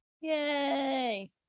Yay